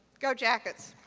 go jackets!